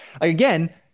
Again